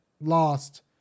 lost